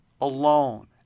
alone